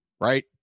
right